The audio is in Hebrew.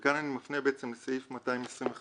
וכאן אני מפנה בעצם לסעיף 225(ג)